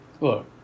Look